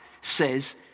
says